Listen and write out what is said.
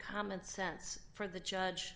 common sense for the judge